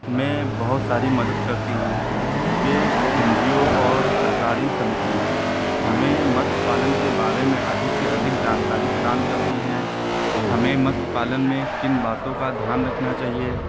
में बहुत सारी मदद करती हैं वह एन जी ओ और सरकारी समितियाँ हमें मत्स्य पालन के बारे में अधिक से अधिक जानकारी प्रदान करती हैं हमें मत्स्य पालन में किन बातों का ध्यान रखना चाहिए